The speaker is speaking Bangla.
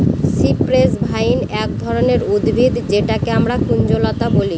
সিপ্রেস ভাইন এক ধরনের উদ্ভিদ যেটাকে আমরা কুঞ্জলতা বলি